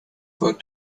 for